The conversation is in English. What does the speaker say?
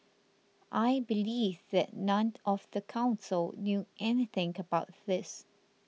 I believe that none of the council knew anything about this